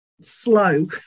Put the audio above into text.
slow